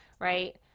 Right